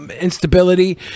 instability